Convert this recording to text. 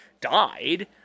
died